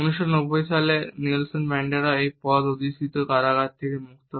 1990 সালে Nelson Mandela এই পদে অধিষ্ঠিত কারাগার থেকে মুক্ত হন